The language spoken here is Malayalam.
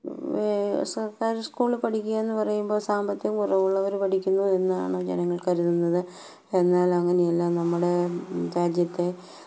സർക്കാര് സ്കൂളില് പഠിക്കുകയെന്ന് പറയുമ്പോള് സാമ്പത്തികം കുറവുള്ളവര് പഠിക്കുന്നുവെന്നാണ് ജനങ്ങൾ കരുതുന്നത് എന്നാൽ അങ്ങനെയല്ല നമ്മുടെ രാജ്യത്തെ